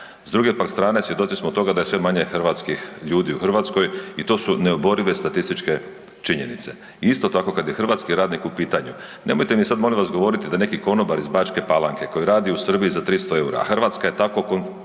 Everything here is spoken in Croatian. S druge pak strane svjedoci smo toga da je sve manje hrvatskih ljudi u Hrvatskoj i to su neoborive statističke činjenice. I isto tako kad je hrvatski radnik u pitanju, nemojte mi sad molim vas govoriti da neki konobar iz Bačke Palanke koji radi u Srbiji za 300 eura a Hrvatska je tako koncipirana,